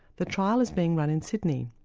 the trial is being run in sydney,